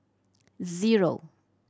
zero